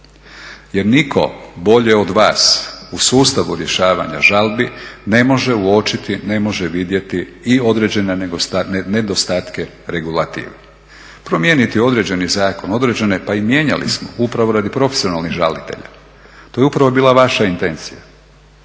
Jer nitko bolje od vas u sustavu rješavanja žalbi ne može uočiti, ne može vidjeti i određene nedostatke regulative. Promijeniti određeni zakon, određene, pa i mijenjali smo upravo radi profesionalnih žalitelja, to je upravo bila vaša intencija.